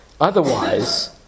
Otherwise